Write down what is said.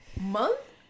month